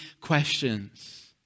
questions